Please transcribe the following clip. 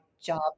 job